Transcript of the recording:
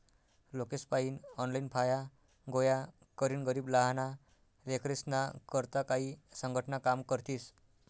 लोकेसपायीन ऑनलाईन फाया गोया करीन गरीब लहाना लेकरेस्ना करता काई संघटना काम करतीस